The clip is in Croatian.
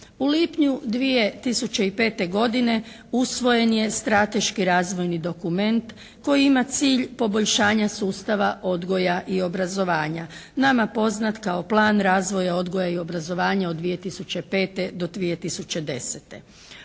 U lipnju 2005. godine usvojen je strateški razvojni dokument koji ima cilj poboljšanja sustava odgoja i obrazovanja nama poznat kao plan razvoja odgoja i obrazovanja od 2005. do 2010.